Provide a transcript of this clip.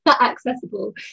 accessible